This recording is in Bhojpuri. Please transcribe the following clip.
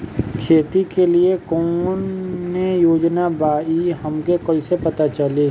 खेती के लिए कौने योजना बा ई हमके कईसे पता चली?